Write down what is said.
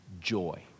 joy